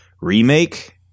remake